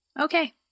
Okay